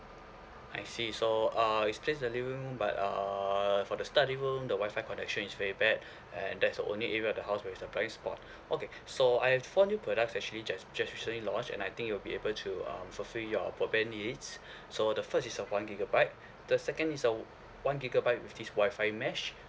I see so uh it's placed the living room but uh for the study room the Wi-Fi connection is very bad and that's the only area of the house with the blind spot okay so I have four new products actually just just recently launched and I think you'll be able to um fulfil your broadband need some the first is a one gigabyte the second is a one gigabyte with this Wi-Fi mesh